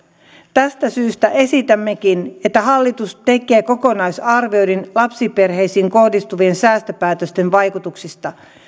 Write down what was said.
tästä syystä esitämmekin että hallitus tekee kokonaisarvioinnin lapsiperheisiin kohdistuvien säästöpäätösten vaikutuksista